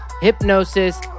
Hypnosis